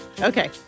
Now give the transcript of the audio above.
Okay